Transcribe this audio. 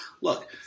look